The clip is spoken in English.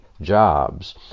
jobs